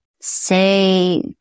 say